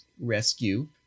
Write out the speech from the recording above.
rescue